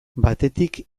batetik